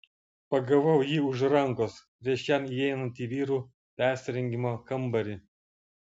pagavau jį už rankos prieš jam įeinant į vyrų persirengimo kambarį